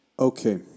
Okay